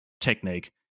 technique